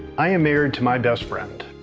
i am married to my best friend.